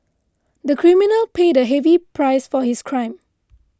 the criminal paid a heavy price for his crime